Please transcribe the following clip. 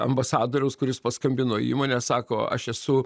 ambasadoriaus kuris paskambino į įmonę sako aš esu